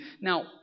Now